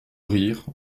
rire